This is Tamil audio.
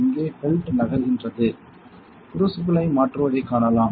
இங்கே பெல்ட் நகர்கின்றது க்ரூசிபிளை மாற்றுவதைக் காணலாம்